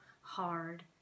hard